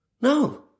No